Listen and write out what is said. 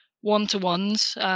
one-to-ones